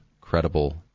credible